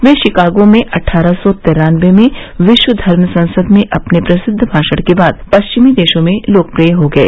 वे Chicago में अट्ठारह सौ तिरान्नो में विश्व धर्म संसद में अपने प्रसिद्व भाषण के बाद पश्चिमी देशों में लोकप्रिय हो गये